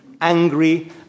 angry